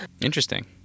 Interesting